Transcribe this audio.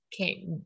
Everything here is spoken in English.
okay